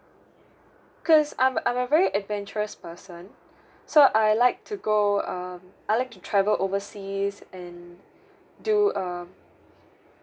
cause I'm a I'm a very adventurous person so I like to go um I like to travel oversea and do um